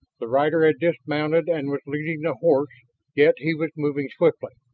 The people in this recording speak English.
the rider had dismounted and was leading the horse yet he was moving swiftly.